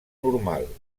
normal